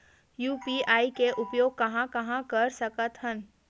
UPI के उपयोग कहां कहा कर सकत हन?